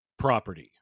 property